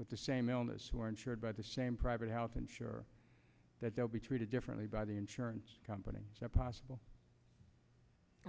with the same illness who are insured by the same private health insurer that they'll be treated differently by the insurance company a possible